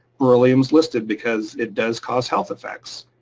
beryllium's listed because it does cause health effects,